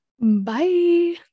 Bye